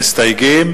למסתייגים,